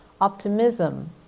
optimism